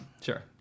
sure